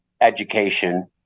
education